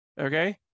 okay